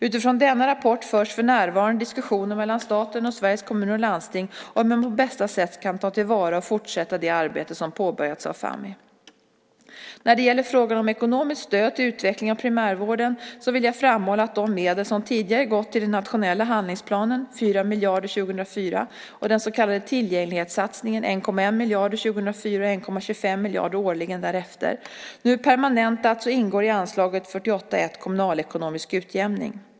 Utifrån denna rapport förs för närvarande diskussioner mellan staten och Sveriges Kommuner och Landsting om hur man på bästa sätt kan ta till vara och fortsätta det arbete som påbörjats av Fammi. När det gäller frågan om ekonomiskt stöd till utveckling av primärvården vill jag framhålla att de medel som tidigare gått till den nationella handlingsplanen, 4 miljarder år 2004, och den så kallade tillgänglighetssatsningen, 1,1 miljarder år 2004 och 1,25 miljarder årligen därefter, nu permanentats och ingår i anslaget 48:1 Kommunalekonomisk utjämning.